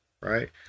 right